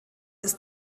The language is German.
ist